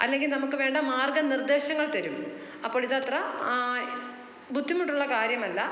അല്ലെങ്കിൽ നമുക്ക് വേണ്ട മാർഗനിർദേശങ്ങൾ തരും അപ്പോൾ ഇത് അത്ര ബുദ്ധിമുട്ടുള്ള കാര്യമല്ല